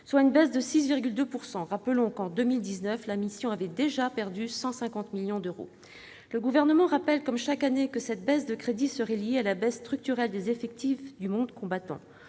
soit une baisse de 6,2 %. Soulignons que la mission avait déjà perdu 150 millions d'euros en 2019 ... Le Gouvernement rappelle, comme chaque année, que cette diminution de crédits serait liée à la baisse structurelle des effectifs du monde combattant.